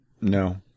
No